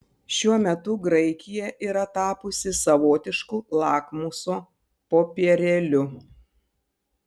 šiuo metu graikija yra tapusi savotišku lakmuso popierėliu